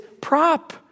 prop